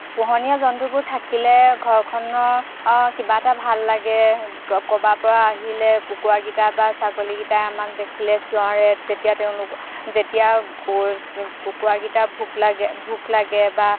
পোহনীয়া জন্তুবোৰ থাকিলে ঘৰখনত অঁ কিবা এটা ভাল লাগে ক'ৰবাৰ পৰা আহিলে কুকুৰাগিটা বা ছাগলীগিটাই আমাক দেখিলে চিঞৰে যেতিয়া তেওঁলোক যেতিয়া কুকুৰাগিটাৰ ভোক লাগে ভোক লাগে বা